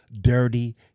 Dirty